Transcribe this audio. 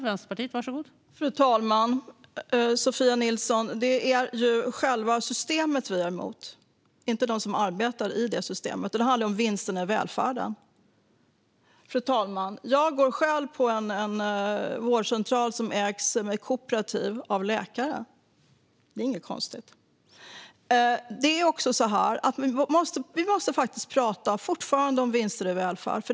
Fru talman! Sofia Nilsson! Det är själva systemet vi är emot, inte dem som arbetar i systemet. Det handlar om vinsterna i välfärden. Fru talman! Jag går själv på en vårdcentral som ägs av läkare som ett kooperativ. Det är inget konstigt. Vi måste fortfarande prata om vinster i välfärden.